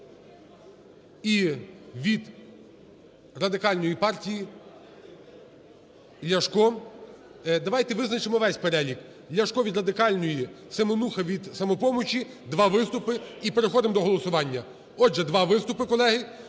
і від Радикальної партії Ляшко… Давайте визначимо весь перелік: Ляшко – від Радикальної, Семенуха – від "Самопомочі". Два виступи, і переходимо до голосування. Отже, два виступи, колеги.